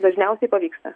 dažniausiai pavyksta